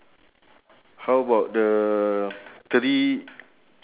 she's wearing uh shirt red shirt and blue pants